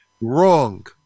Wrong